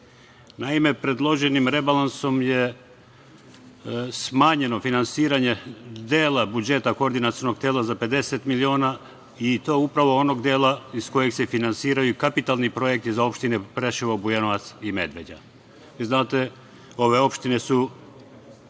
tela. Naime, predloženim rebalansom je smanjeno finansiranje dela budžeta koordinacionog tela za 50 miliona i to upravo onog dela iz kojeg se finansiraju i kapitalni projekti za opštine Preševo, Bujanovac i Medveđa. Znate, ove opštine su